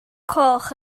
coch